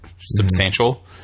substantial